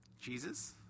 Jesus